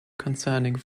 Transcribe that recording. concerning